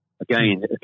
Again